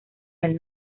del